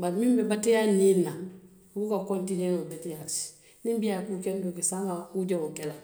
bari muŋ be beteyaa niiŋ na wo buka kontinoo beteyaa ti. Niŋ bii a ye kuu kendoo ke, saama a be kuu jawoo ke la le.